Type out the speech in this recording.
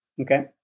Okay